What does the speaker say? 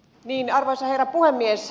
arvoisa herra puhemies